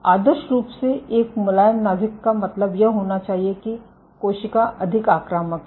आदर्श रूप से एक मुलायम नाभिक का मतलब यह होना चाहिए कि कोशिका अधिक आक्रामक है